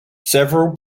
several